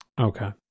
Okay